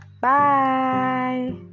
Bye